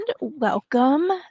welcome